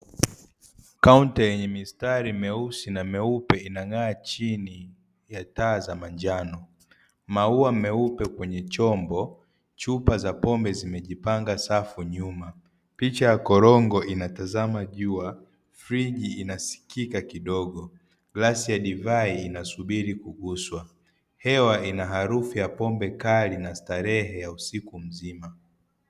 Kaunta yenye mistari meusi na meupe inang'aa chini ya taa za manjano. Maua meupe kwenye chombo, chupa za pombe zimejipanga safu nyuma. Picha ya korongo inatazama jua. Friji inasikika kidogo glasi ya divai inasubiri kuguswa. Hewa ina harufu ya pombe kali na starehe ya usiku mzima.